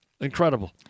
Incredible